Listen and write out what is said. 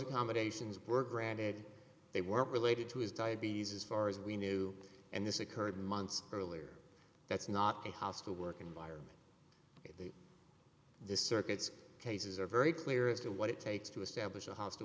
accommodations were granted they weren't related to his diabetes as far as we knew and this occurred months earlier that's not a hostile work environment the circuits cases are very clear as to what it takes to establish a hostile